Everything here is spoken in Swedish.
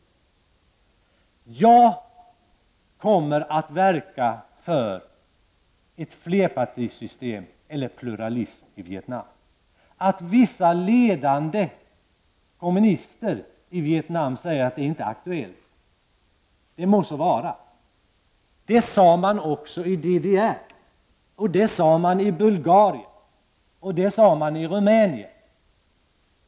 Jag kommer att verka för ett flerpartisystem, pluralism, i Vietnam. Det må vara att vissa ledande kommunister i Vietnam säger att det inte är aktuellt. Men det sade man också i DDR. Det sade man i Bulgarien. Det sade man i Rumänien.